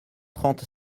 trente